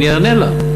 אני אענה לה.